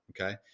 okay